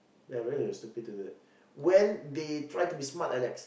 and then it was stupid to do that when they try to be smart Alecks